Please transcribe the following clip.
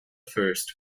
first